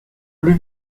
plus